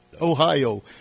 Ohio